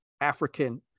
African